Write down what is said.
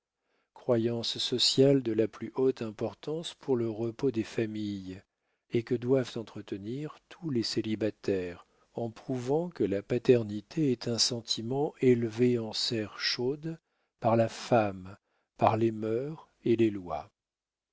croyance sociale de la plus haute importance pour le repos des familles et que doivent entretenir tous les célibataires en prouvant que la paternité est un sentiment élevé en serre chaude par la femme par les mœurs et les lois